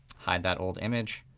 hide that old image.